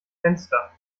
fenster